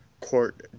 Court